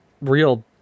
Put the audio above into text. real